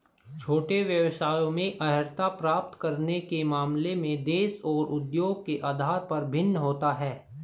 छोटे व्यवसायों में अर्हता प्राप्त करने के मामले में देश और उद्योग के आधार पर भिन्न होता है